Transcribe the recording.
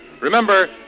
Remember